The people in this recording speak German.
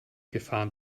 gefahren